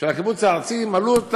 הארצי ואת הכיתות,